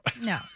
no